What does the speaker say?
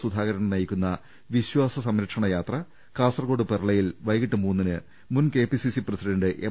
സുധാകരൻ നയിക്കുന്ന വിശ്വാസ സംരക്ഷണ യാത്ര കാസർകോട് പെർളയിൽ വൈകീട്ട് മൂന്നിന് മുൻ കെപിസിസി പ്രസിഡന്റ് എം